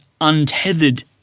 untethered